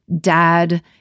dad